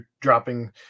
dropping